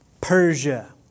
Persia